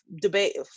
debate